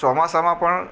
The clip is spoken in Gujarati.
ચોમાસમાં પણ